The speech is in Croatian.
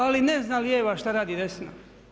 Ali ne zna lijeva šta radi desna.